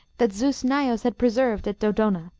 that zeus naios had preserved at dodona.